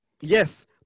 yes